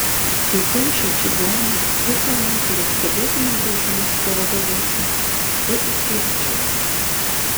įkaušę čigonai visą vakarą stebėtinai dažnai stodavosi pasiskeryčioti